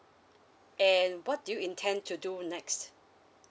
and what do you intend to do next